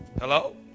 Hello